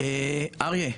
אריה,